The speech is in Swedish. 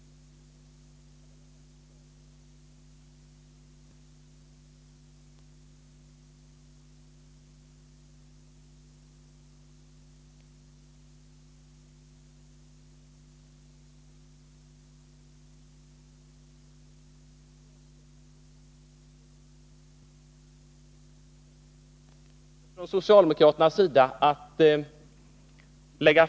Regeringen deklarerar att man tänker återkomma till hösten med ett konkret förslag. Moderata samlingspartiet avser att avvakta regeringens ställningstagande.